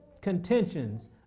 contentions